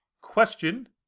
question